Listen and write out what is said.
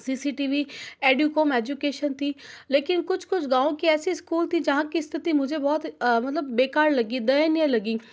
सी C T V Educomp education थी लेकिन कुछ कुछ गाँव के ऐसे इस्कूल थे जहाँ की स्थिति मुझे बहुत मतलब बेकार लगी दयनीय लगी